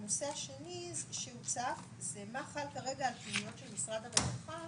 הנושא השני זה מה חל כרגע על פנימיות של משרד הרווחה,